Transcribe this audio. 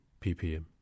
ppm